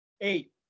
eight